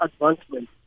advancement